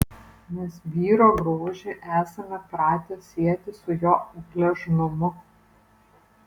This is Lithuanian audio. mes vyro grožį esame pratę sieti su jo gležnumu